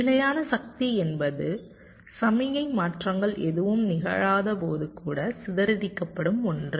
நிலையான சக்தி என்பது சமிக்ஞை மாற்றங்கள் எதுவும் நிகழாதபோது கூட சிதறடிக்கப்படும் ஒன்று